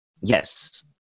Yes